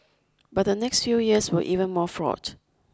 but the next few years were even more fraught